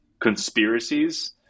conspiracies